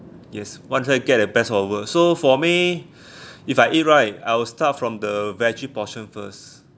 yes once I get it pass over so for me if I eat right I will start from the veggie portion first